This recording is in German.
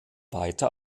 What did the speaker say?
weiter